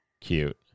Cute